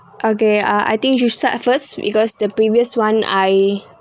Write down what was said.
okay ah I think you should start first because the previous one I